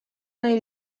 nahi